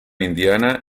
indiana